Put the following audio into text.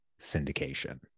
syndication